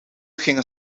gingen